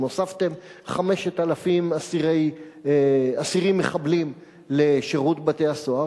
אם הוספתם 5,000 אסירים מחבלים לשירות בתי-הסוהר,